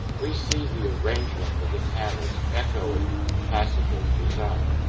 we see the arrangement of the panels echoing classical design.